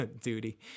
duty